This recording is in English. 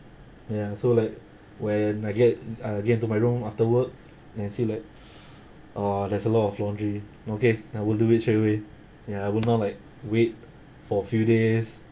ya so like when I get uh I get to my room after work then I see like uh there's a lot of laundry okay I will do it straight away ya I will not like wait for a few days